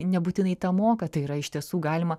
nebūtinai tą moka tai yra iš tiesų galima